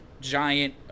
giant